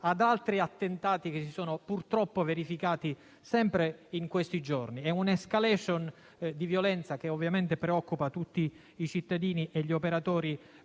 ad altri attentati che si sono, purtroppo, verificati sempre negli ultimi giorni. È un'*escalation* di violenza che ovviamente preoccupa tutti i cittadini e gli operatori